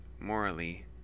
morally